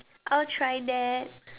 I'll try that